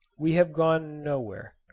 we have gone nowhere.